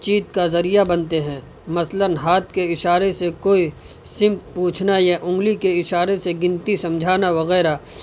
چیت کا ذریعہ بنتے ہیں مثلاً ہاتھ کے اشارے سے کوئی سمت پوچھنا یا انگلی کے اشارے سے گنتی سمجھانا وغیرہ